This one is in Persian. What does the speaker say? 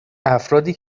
افرادی